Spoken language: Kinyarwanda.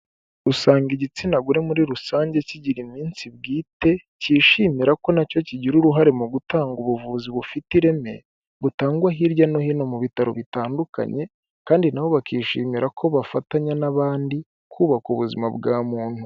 Usanga igitsina gore muri rusange kigira iminsi bwite kishimira ko nacyo kigira uruhare mu gutanga ubuvuzi bufite ireme butangwa hirya no hino mu bitaro bitandukanye kandi nabo bakishimira ko bafatanya n'abandi kubaka ubuzima bwa muntu.